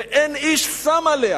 ואין איש שם עליה.